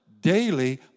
daily